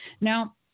Now